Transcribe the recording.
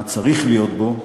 מה שצריך להיות בו,